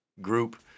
group